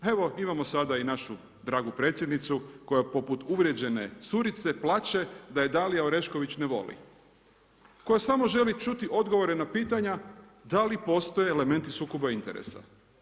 Evo imamo sada i našu dragu predsjednicu koja poput uvrijeđene curice plače da je Dalija Orešković ne voli, koja samo želi čuti odgovore na pitanja da li postoje elementi sukoba interesa.